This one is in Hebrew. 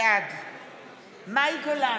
בעד מאי גולן,